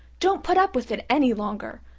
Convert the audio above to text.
don't put up with it any longer,